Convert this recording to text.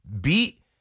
beat